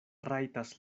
rajtas